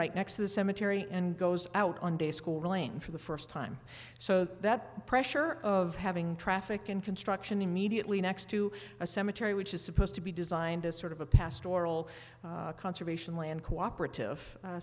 right next to the cemetery and goes out on day schooling for the first time so that pressure of having traffic in construction immediately next to a cemetery which is supposed to be designed as sort of a past oral conservation land co operative